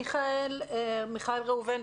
מיכאל ראובן,